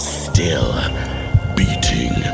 still-beating